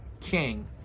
king